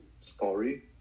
story